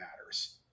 matters